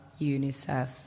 UNICEF